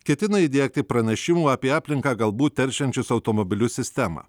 ketina įdiegti pranešimų apie aplinką galbūt teršiančius automobilius sistemą